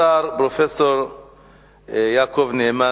כבוד השר פרופסור יעקב נאמן,